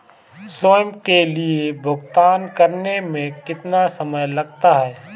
स्वयं के लिए भुगतान करने में कितना समय लगता है?